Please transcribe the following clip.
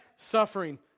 suffering